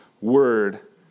word